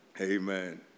Amen